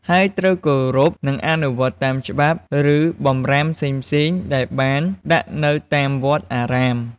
ហើយត្រូវគោរព និងអនុវត្តតាមច្បាប់ ឬបម្រាមផ្សេងៗដែលបានដាក់នៅតាមវត្តអារាម។